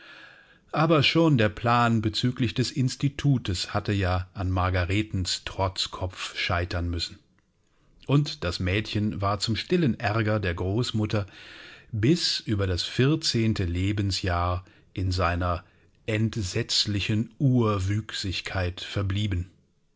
aber schon der plan bezüglich des institutes hatte ja an margaretens trotzkopf scheitern müssen und das mädchen war zum stillen aerger der großmama bis über das vierzehnte lebensjahr in seiner entsetzlichen urwüchsigkeit verblieben